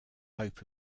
hope